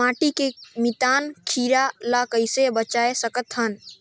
माटी के मितान कीरा ल कइसे बचाय सकत हन?